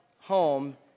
home